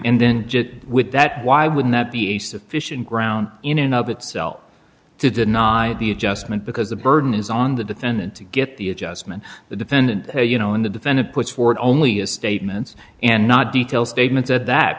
and then with that why would that be a sufficient grounds in and of itself to did not the adjustment because the burden is on the defendant to get the adjustment the defendant you know and the defendant puts forth only as statements and not detail statements at that